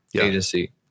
agency